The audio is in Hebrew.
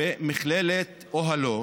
במכללת אוהלו,